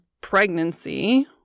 pregnancy